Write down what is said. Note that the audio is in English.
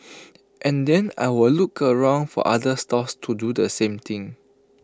and then I'll look around for other stalls to do the same thing